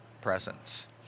presence